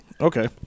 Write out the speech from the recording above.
Okay